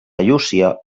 llúcia